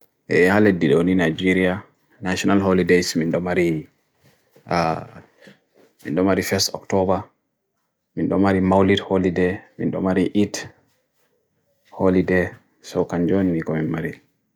E hale didoni Nigeria National Holidays mndomari 1st Oktober mndomari Maulid Holidays, mndomari It Holidays, so kanjoni niko emari